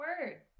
word